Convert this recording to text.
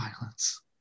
violence